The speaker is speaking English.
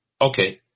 Okay